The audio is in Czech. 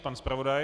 Pan zpravodaj.